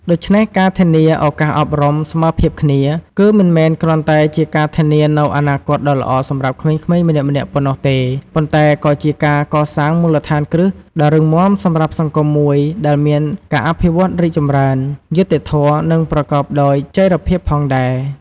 ដូច្នេះការធានាឱកាសអប់រំស្មើភាពគ្នា គឺមិនមែនគ្រាន់តែជាការធានានូវអនាគតដ៏ល្អសម្រាប់ក្មេងៗម្នាក់ៗប៉ុណ្ណោះទេ ប៉ុន្តែក៏ជាការកសាងមូលដ្ឋានគ្រឹះដ៏រឹងមាំសម្រាប់សង្គមមួយដែលមានការអភិវឌ្ឍរីកចម្រើន យុត្តិធម៌ និងប្រកបដោយចីរភាពផងដែរ។